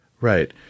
Right